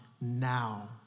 Now